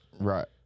Right